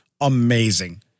Amazing